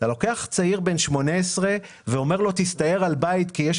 אתה לוקח צעיר בן 18 ואומר לו תסתער על בית כי יש